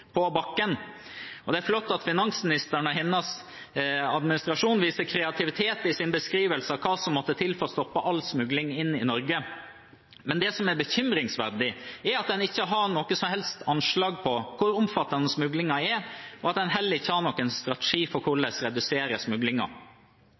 på bakken. Det er flott at finansministeren og hennes administrasjon viser kreativitet i sin beskrivelse av hva som må til for å stoppe all smugling inn i Norge, det som er bekymringsverdig, er at en ikke har noe som helst anslag over hvor omfattende smuglingen er, og at en heller ikke har noen strategi for